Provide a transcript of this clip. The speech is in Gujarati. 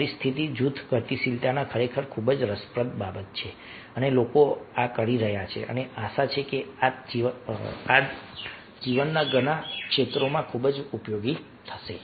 પરિસ્થિતિ જૂથ ગતિશીલતા ખરેખર ખૂબ જ રસપ્રદ બાબત છે અને લોકો આ કરી રહ્યા છે અને આશા છે કે આ જીવનના ઘણા ક્ષેત્રોમાં ખૂબ જ ઉપયોગી થશે